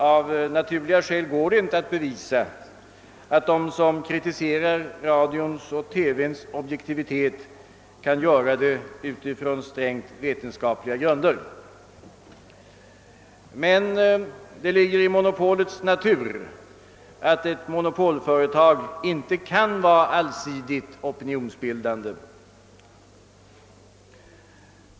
Av naturliga skäl går det inte att bevisa att de som kritiserar radions och televisionens objektivitet kan göra det utifrån strikt vetenskapliga grunder. Men det ligger i monopolets natur att ett monopolföretag inte kan vara allsidigt opinionsbildande.